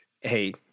Hey